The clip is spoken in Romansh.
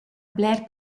bler